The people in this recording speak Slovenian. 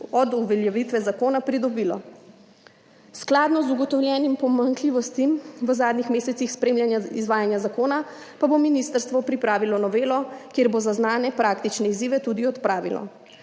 od uveljavitve zakona. Skladno z ugotovljenimi pomanjkljivostmi v zadnjih mesecih spremljanja izvajanja zakona pa bo ministrstvo pripravilo novelo, kjer bo zaznane praktične izzive tudi odpravilo.